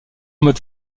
mode